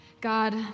God